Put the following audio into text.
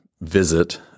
visit